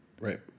Right